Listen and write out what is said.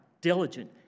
diligent